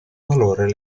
valore